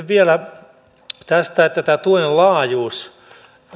vielä tuen laajuudesta